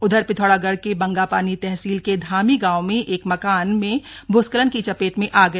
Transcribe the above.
उधर पिथौरागढ़ के बंगापानी तहसील के धामी गांव में एक मकान भूस्खलन की चपेट में आ गया